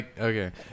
okay